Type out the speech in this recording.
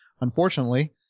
unfortunately